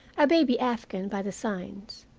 a baby afghan, by the signs.